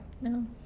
No